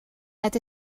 het